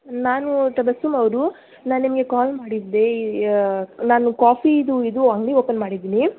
ನಾನು ತಬಸ್ಸಮ್ ಅವರು ನಾನು ನಿಮಗೆ ಕಾಲ್ ಮಾಡಿದ್ದೆ ನಾನು ಕಾಫಿದು ಇದು ಅಂಗಡಿ ಓಪನ್ ಮಾಡಿದ್ದೀನಿ